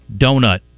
donut